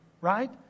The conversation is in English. right